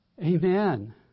Amen